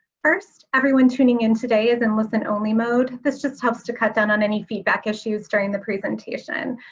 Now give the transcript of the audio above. first, everyone tuning in today is in listen-only mode. this just helps to cut down on any feedback issues during the presentation.